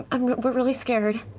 um but really scared.